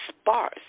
sparse